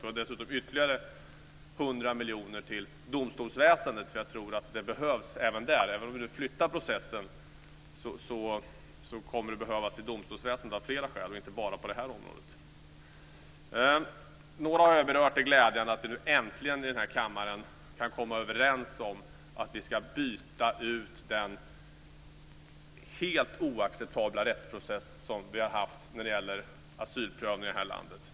Vi föreslog dessutom 100 miljoner ytterligare till domstolsväsendet, och jag tror att det behövs även där. Även om vi nu flyttar processen, kommer pengarna att behövas i domstolsväsendet av flera skäl och inte bara på det här området. Det är glädjande att vi nu äntligen i den här kammaren kan komma överens om att vi ska byta ut den helt oacceptabla rättsprocess som vi har haft när det gäller asylprövning i det här landet.